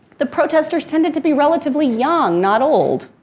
the protestors tended to be relatively young, not old,